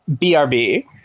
BRB